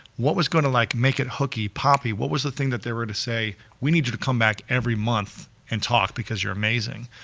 what was gonna like make it hooky, poppy, what was the thing that they were to say, we need you to come back every month and talk because you're amazing.